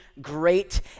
great